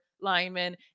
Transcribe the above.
linemen